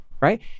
Right